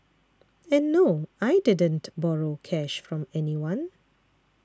and no I didn't borrow cash from anyone